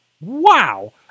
Wow